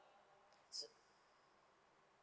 so